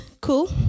cool